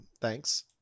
thanks